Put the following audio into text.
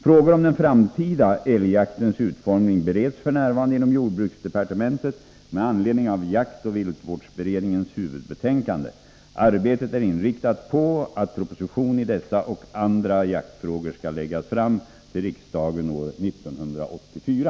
Frågor om den framtida älgjaktens utformning bereds f. n. inom jordbruksdepartementet med anledning av jaktoch viltvårdsberedningens huvudbetänkande. Arbetet är inriktat på att proposition i dessa och andra jaktfrågor skall läggas fram till riksdagen år 1984.